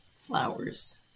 flowers